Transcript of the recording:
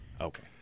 Okay